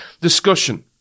discussion